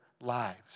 lives